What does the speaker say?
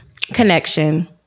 Connection